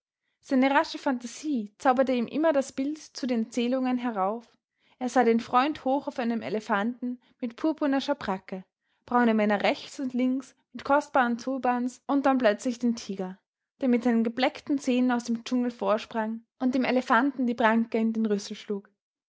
seine rasche phantasie zauberte ihm immer das bild zu den erzählungen herauf er sah den freund hoch auf einem elefanten mit purpurner schabracke braune männer rechts und links mit kostbaren turbans und dann plötzlich den tiger der mit seinen gebleckten zähnen aus dem dschungel vorsprang und dem elefanten die pranke in den rüssel schlug